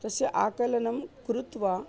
तस्य आकलनं कृत्वा